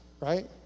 right